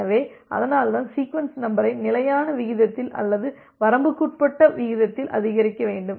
எனவே அதனால்தான் சீக்வென்ஸ் நம்பரை நிலையான விகிதத்தில் அல்லது வரம்புக்குட்பட்ட விகிதத்தில் அதிகரிக்க வேண்டும்